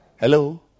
Hello